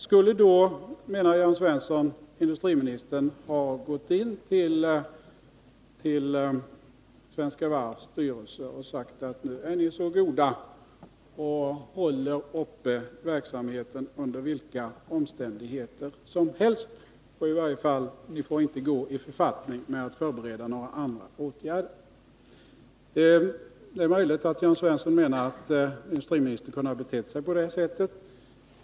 Skulle då, menar Jörn Svensson, industriministern ha gått in till Svenska Varvs styrelse och sagt: Nu är ni så goda och uppehåller verksamheten under vilka omständigheter som helst! I varje fall får ni inte förbereda några andra åtgärder! Det är möjligt att Jörn Svensson menar att industriministern kunde ha betett sig på det sättet.